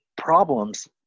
problems